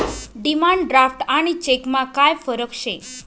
demand draft आणि चेकमा काय फरक शे